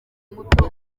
muto